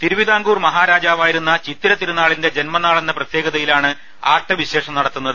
തിരുവിതാംകൂർ മഹാരാജാവായിരുന്ന ചിത്തിര തിരുനാളിന്റെ ജന്മനാളെന്ന പ്രത്യേകതയിലാണ് ആട്ടവിശേഷം നടത്തുന്നത്